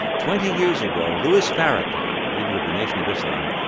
twenty years ago, louis farrakhan, the leader of the nation of islam,